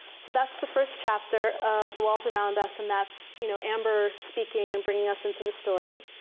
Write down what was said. so that's the first chapter of the walls around us, and that's you know amber speaking and bringing us into the story.